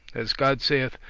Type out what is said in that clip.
as god saith,